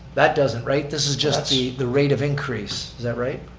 that doesn't, right? this is just the the rate of increase, is that right?